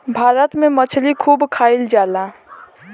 भारत में मछली खूब खाईल जाला